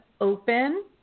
open